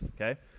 okay